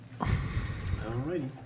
Alrighty